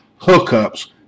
hookups